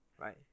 right